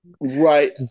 Right